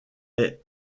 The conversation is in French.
est